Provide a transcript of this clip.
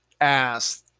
asked